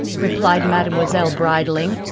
replied mademoiselle, bridling.